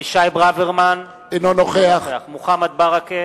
אבישי ברוורמן, אינו נוכח מוחמד ברכה,